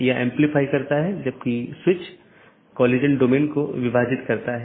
3 अधिसूचना तब होती है जब किसी त्रुटि का पता चलता है